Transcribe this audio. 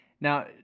Now